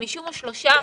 53 אחוזים.